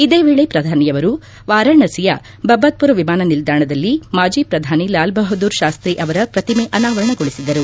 ಇದೇ ವೇಳೆ ಶ್ರಧಾನಿಯವರು ವಾರಾಣಸಿಯ ಬಬತ್ಪುರ್ ವಿಮಾನ ನಿಲ್ದಾಣದಲ್ಲಿ ಮಾಜಿ ಶ್ರಧಾನಿ ಲಾಲ್ ಬಹದ್ದೂರ್ ಶಾಸ್ತೀ ಅವರ ಪ್ರತಿಮೆ ಅನಾವರಣಗೊಳಿಸಿದರು